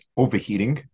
overheating